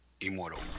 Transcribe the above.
Immortal